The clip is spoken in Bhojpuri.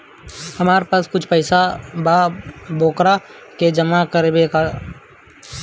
हमरा पास कुछ पईसा बा वोकरा के जमा करे के बा?